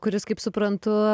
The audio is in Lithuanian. kuris kaip suprantu